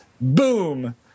Boom